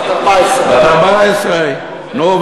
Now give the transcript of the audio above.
בת 14. נו,